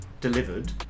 delivered